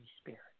Spirit